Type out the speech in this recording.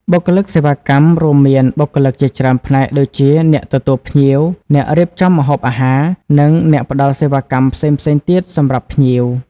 បុគ្គលិកសេវាកម្ម រួមមានបុគ្គលិកជាច្រើនផ្នែក ដូចជាអ្នកទទួលភ្ញៀវ អ្នករៀបចំម្ហូបអាហារ និង អ្នកផ្តល់សេវាកម្មផ្សេងៗទៀតសម្រាប់ភ្ញៀវ។